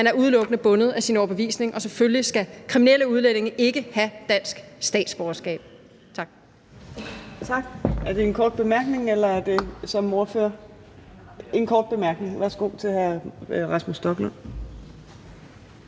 Man er udelukkende bundet af sin overbevisning, og selvfølgelig skal kriminelle udlændinge ikke have dansk statsborgerskab. Tak.